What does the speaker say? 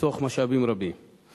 ותחסוך משאבים רבים בישראל.